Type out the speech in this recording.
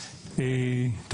בבקשה.